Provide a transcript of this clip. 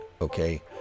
Okay